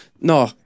no